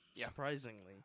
surprisingly